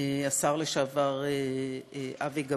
השר לשעבר אבי גבאי,